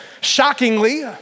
Shockingly